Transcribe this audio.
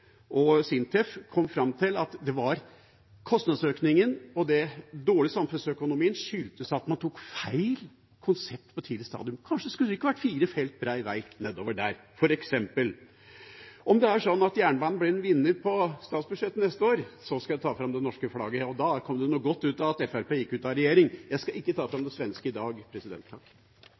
og SINTEF kom fram til at kostnadsøkningen og den dårlige samfunnsøkonomien skyldtes at man tok feil konsept på et tidlig stadium. Kanskje skulle det f.eks. ikke vært firefelts bred vei nedover der? Om det er sånn at jernbanen blir en vinner i statsbudsjettet for neste år, skal jeg ta fram det norske flagget, og da kom det noe godt ut av at Fremskrittspartiet gikk ut av regjering. Jeg skal ikke ta fram det svenske i dag.